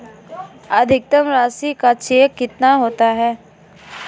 अधिकतम राशि का चेक कितना होता है?